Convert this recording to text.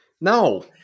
No